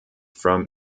from